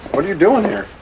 are you doing here?